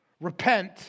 Repent